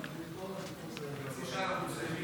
אנחנו מסיימים,